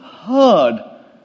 heard